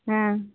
ᱦᱮᱸ